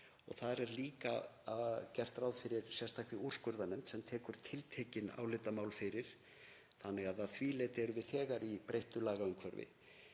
Þar er líka gert ráð fyrir sérstakri úrskurðarnefnd sem tekur tiltekin álitamál fyrir, þannig að að því leyti erum við þegar í breyttu lagaumhverfi.